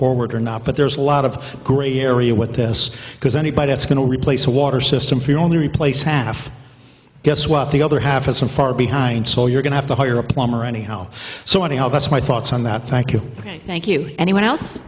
forward or not but there's a lot of gray area with this because anybody that's going to replace a water system if you only replace half guess what the other half isn't far behind so you're going to have to hire a plumber anyhow so anyhow that's my thoughts on that thank you thank you anyone else